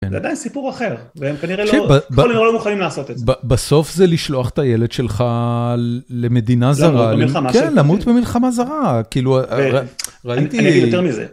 זה עדיין סיפור אחר, והם כנראה לא מוכנים לעשות את זה. בסוף זה לשלוח את הילד שלך למדינה זרה, למות במלחמה זרה, כאילו, ראיתי... אני אגיד יותר מזה.